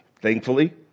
Thankfully